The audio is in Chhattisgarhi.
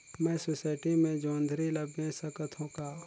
मैं सोसायटी मे जोंदरी ला बेच सकत हो का?